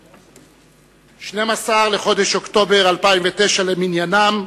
12 בחודש אוקטובר 2009 למניינם.